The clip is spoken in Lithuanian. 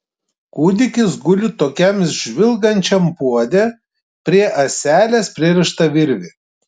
kūdikis guli tokiam žvilgančiam puode prie ąselės pririšta virvė